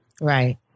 Right